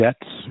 debts